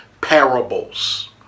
parables